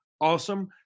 awesome